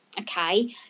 okay